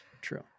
true